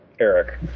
Eric